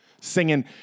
singing